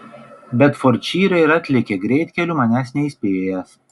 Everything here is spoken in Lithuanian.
bedfordšyre ir atlėkė greitkeliu manęs neįspėjęs